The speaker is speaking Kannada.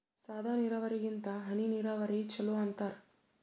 ಸಾದ ನೀರಾವರಿಗಿಂತ ಹನಿ ನೀರಾವರಿನ ಚಲೋ ಅಂತಾರ